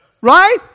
right